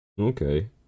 Okay